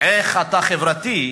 איך אתה חברתי,